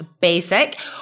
basic